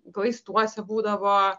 glaistuose būdavo